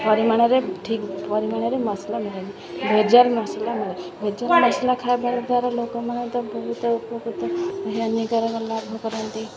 ପରିମାଣରେ ଠିକ୍ ପରିମାଣରେ ମସଲା ମିଳେନି ଭେଜାଲ ମସଲା ମିଳେ ଭେଜାଲ ମସଲା ଖାଇବାର ଦ୍ୱାରା ଲୋକମାନେ ତ ବହୁତ ଉପକୃତ ହାନିକାରକ ଲାଭ କରନ୍ତି